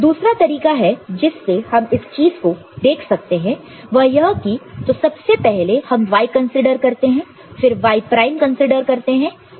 दूसरा तरीका है जिससे हम इस चीज को देख सकते हैं वह यह कि तो सबसे पहले हम Y कंसीडर करते हैं फिर Y प्राइम कंसीडर करते हैं